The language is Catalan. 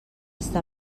està